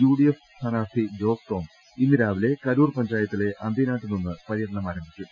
UDF സ്ഥാനാർത്ഥി ജോസ് ടോം ഇന്നു രാവിലെ കരൂർ പഞ്ചായത്തിലെ അന്തീനാടു നിന്ന് പരൃടനം ആരംഭിക്കും